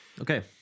Okay